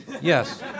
Yes